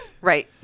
Right